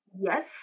Yes